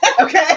okay